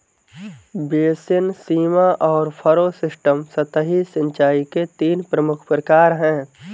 basin, सीमा और furrow system सतही सिंचाई के तीन प्रमुख प्रकार है